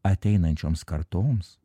ateinančioms kartoms